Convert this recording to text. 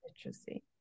literacy